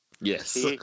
Yes